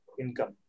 income